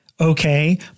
Okay